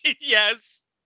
Yes